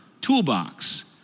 toolbox